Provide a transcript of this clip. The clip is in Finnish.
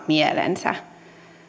mielensä